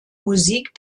musik